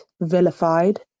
vilified